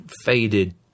faded